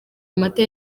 amata